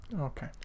Okay